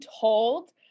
told